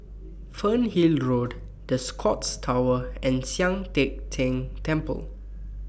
Fernhill Road The Scotts Tower and Sian Teck Tng Temple